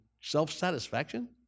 self-satisfaction